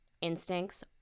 instincts